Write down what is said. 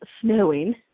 snowing